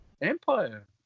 empire